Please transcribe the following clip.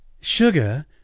Sugar